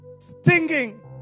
stinging